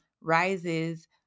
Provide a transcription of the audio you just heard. rises